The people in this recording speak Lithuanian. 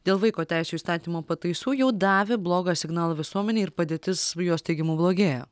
dėl vaiko teisių įstatymo pataisų jau davė blogą signalą visuomenei ir padėtis jos teigimu blogėjo